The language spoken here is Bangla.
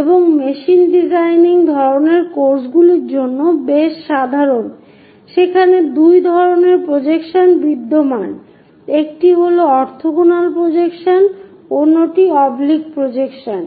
এবং মেশিন ডিজাইনিং ধরণের কোর্সগুলির জন্য বেশ সাধারণ সেখানে দুই ধরণের প্রজেকশন বিদ্যমান একটি হল অর্থোগোনাল প্রজেকশন অন্যটি অবলিক প্রজেকশন